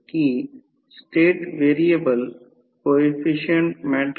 त्याला प्रतिकार दिला जातो हे प्रतिरोध दिले जाते 0